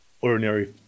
ordinary